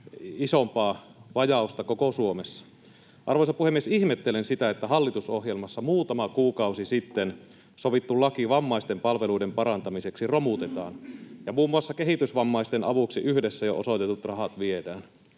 isompaa vajausta koko Suomessa. Arvoisa puhemies! Ihmettelen sitä, että hallitusohjelmassa muutama kuukausi sitten sovittu laki vammaisten palveluiden parantamiseksi romutetaan ja muun muassa kehitysvammaisten avuksi yhdessä jo osoitetut rahat viedään.